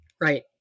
Right